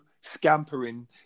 scampering